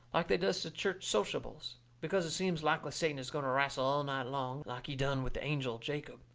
like they does to church sociables. because it seems likely satan is going to wrastle all night long, like he done with the angel jacob,